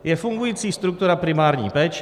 Je fungující struktura primární péče.